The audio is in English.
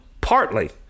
partly